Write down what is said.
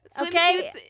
Okay